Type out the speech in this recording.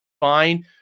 fine